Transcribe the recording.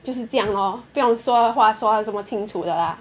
就是这样 orh 不用说话说还是这么清楚的 lah